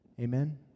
Amen